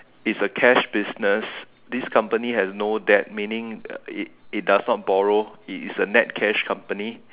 it's a cash business this company has no debt meaning uh it does not borrow it is a net cash company